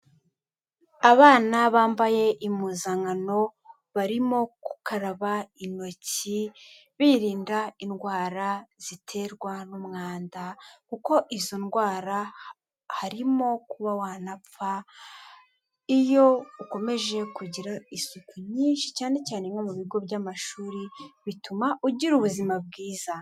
Abana bambaye impuzankano barimo gukaraba intoki birinda indwara ziterwa n'umwanda kuko izo ndwara harimo kuba wanapfa, iyo ukomeje kugira isuku nyinshi cyane cyane nko mu bigo by'amashuri bituma ugira ubuzima bwiza.